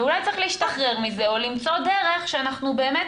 אולי צריך להשתחרר מזה או למצוא דרך שאנחנו באמת